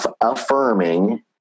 affirming